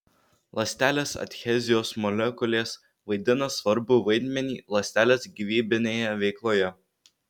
ląstelės adhezijos molekulės vaidina svarbų vaidmenį ląstelės gyvybinėje veikloje